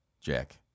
Jack